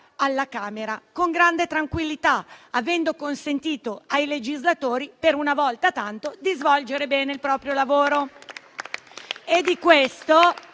alla Camera con grande tranquillità, avendo consentito ai legislatori, per una volta, di svolgere bene il proprio lavoro.